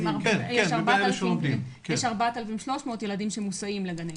יש 4,300 ילדים שמוסעים לגני ילדים.